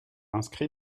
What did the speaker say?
inscrits